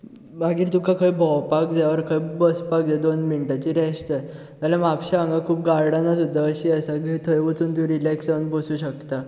मागीर तुका खंय भोंवपाक जाय बसपाक जाय दोन मिनटांची रेस्ट जाय जाल्यार म्हापसा हांगा खूब गार्डना सुद्दा अशीं आसा की थंय वचून तूं रिलेक्स जावन बसूंक शकता